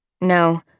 No